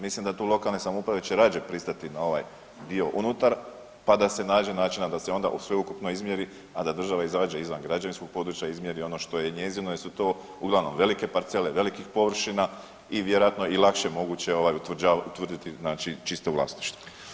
Mislim da tu lokalne samouprave će rađe pristati na ovaj dio unutar, pa da se nađe načina da se onda u sveukupnoj izmjeri, a da država izađe izvan građevinskog područja, izmjeri ono što je njezino jer su to uglavnom velike parcele velikih površina i vjerojatno i lakše moguće ovaj utvrditi znači čisto vlasništvo.